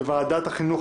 בוועדת החינוך,